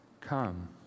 Come